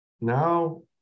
Now